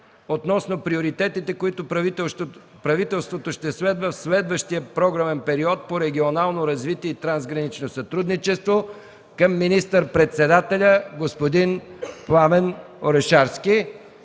относно приоритетите, които правителството ще следва в следващия програмен период по регионално развитие и трансгранично сътрудничество към министър-председателя господин Пламен Орешарски.